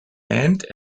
and